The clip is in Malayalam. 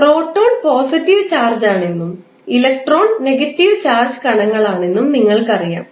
പ്രോട്ടോൺ പോസിറ്റീവ് ചാർജ്ജ് ആണെന്നും ഇലക്ട്രോൺ നെഗറ്റീവ് ചാർജ്ജ് കണങ്ങളാണെന്നും നിങ്ങൾക്കറിയാം